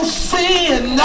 sin